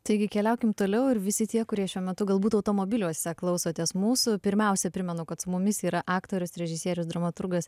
taigi keliaukim toliau ir visi tie kurie šiuo metu galbūt automobiliuose klausotės mūsų pirmiausia primenu kad su mumis yra aktorius režisierius dramaturgas